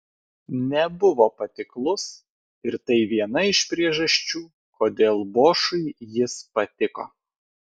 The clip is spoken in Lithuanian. nebuvo patiklus ir tai viena iš priežasčių kodėl bošui jis patiko